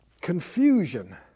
confusion